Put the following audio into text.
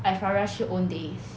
astriya 去 Owndays